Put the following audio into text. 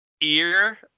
Ear